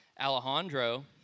Alejandro